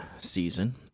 season